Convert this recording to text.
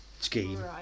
scheme